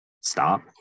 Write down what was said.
Stop